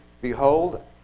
Behold